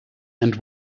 and